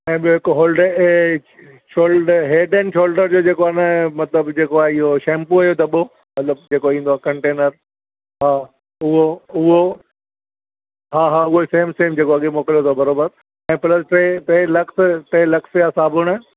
ऐं ॿियो हिकु होल्डे शोल्डे हेडेन शोल्डर जो जेको आहे न मतिलब जेको आहे इहो शैम्पूअ जो दॿो मतिलब जेको ईंदो आहे कंटेनर हा उहो उहो हा हा उहे सेम सेम जेको अॻे मोकलियो अथव बरोबर ऐं प्लस टे टे लक्स टे लक्स जा साबुण